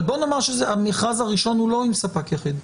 אבל בוא נאמר שהמכרז הראשון הוא לא עם ספק יחיד.